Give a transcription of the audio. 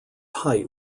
height